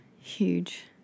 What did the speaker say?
huge